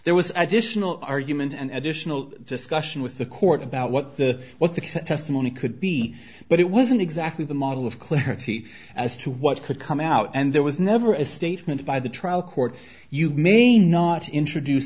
there was additional argument and additional discussion with the court about what the what the testimony could be but it wasn't exactly the model of clarity as to what could come out and there was never a statement by the trial court you may not introduce